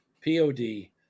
P-O-D